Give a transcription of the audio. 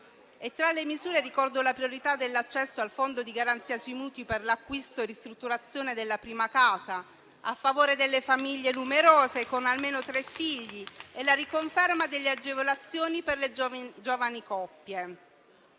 Tra le misure ricordo la priorità dell'accesso al Fondo di garanzia sui mutui per l'acquisto e ristrutturazione della prima casa, a favore delle famiglie numerose con almeno tre figli, e la riconferma delle agevolazioni per le giovani coppie.